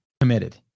committed